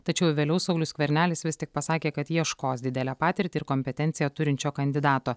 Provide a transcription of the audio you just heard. tačiau vėliau saulius skvernelis vis tik pasakė kad ieškos didelę patirtį ir kompetenciją turinčio kandidato